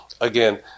again